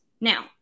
Now